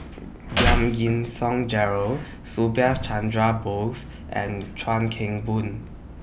Giam Yean Song Gerald Subhas Chandra Bose and Chuan Keng Boon